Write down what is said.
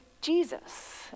Jesus